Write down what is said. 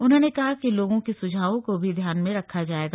उन्होंने कहा कि लोगों के सुझावों को भी ध्यान में रखा जाएगा